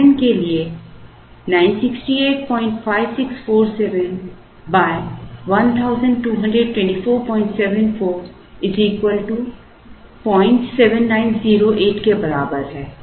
उदाहरण के लिए 9685647 122474 07908 के बराबर है